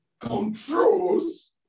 controls